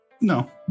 No